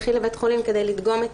תלכי לבית חולים כדי לדגום.